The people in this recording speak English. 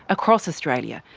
across australia,